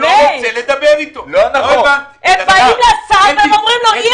הם באים לשר ואומרים לו שאי